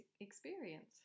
experience